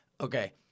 Okay